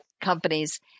Companies